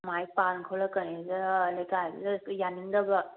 mike ꯄꯥꯜꯂꯛ ꯈꯣꯂꯛꯀꯅꯦꯅ ꯂꯩꯀꯥꯏꯗꯨꯗ ꯌꯥꯅꯤꯡꯗꯕ